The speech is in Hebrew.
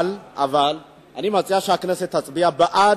אבל אני מציע שהכנסת תצביע בעד,